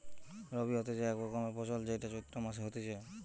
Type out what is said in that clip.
রবি হতিছে এক রকমের ফসল যেইটা চৈত্র মাসে হতিছে